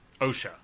OSHA